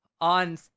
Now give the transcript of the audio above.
on